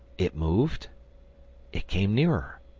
it moved it came nearer.